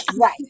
Right